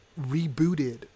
rebooted